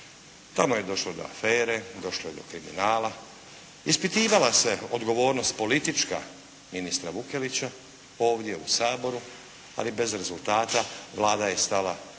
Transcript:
Tamo je došlo do afere, došlo je do kriminala, ispitivala se odgovornost politička ministra Vukelića ovdje u Saboru ali bez rezultata. Vlada je stala na